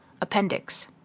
Appendix